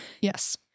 Yes